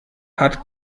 hat